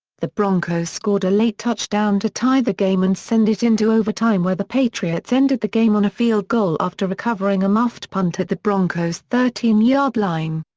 the broncos scored a late touchdown to tie the game and send it into overtime where the patriots ended the game on a field goal after recovering a muffed punt at the broncos' thirteen yard line.